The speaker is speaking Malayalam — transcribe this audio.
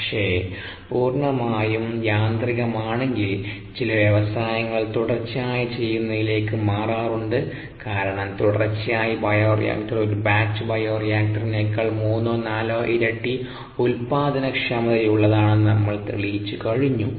പക്ഷേ പൂർണ്ണമായും യാന്ത്രികം ആണെങ്കിൽ ചില വ്യവസായങ്ങൾ തുടർച്ചയായി ചെയ്യുന്നതിലേക്ക് മാറാറുണ്ട് കാരണം തുടർച്ചയായി ബയോ റിയാക്ടർ ഒരു ബാച്ച് ബയോ റിയാക്ടറിനേക്കാൾ മൂന്നോ നാലോ ഇരട്ടി ഉൽപാദനക്ഷമതയുള്ളതാണെന്ന് നമ്മൾ തെളിയിച്ചു കഴിഞ്ഞു